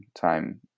time